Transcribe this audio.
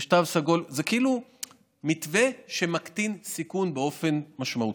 זה כאילו מתווה שמקטין סיכון באופן משמעותי.